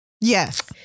Yes